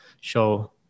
show